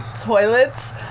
toilets